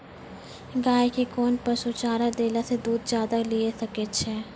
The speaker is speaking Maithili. गाय के कोंन पसुचारा देला से दूध ज्यादा लिये सकय छियै?